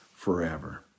forever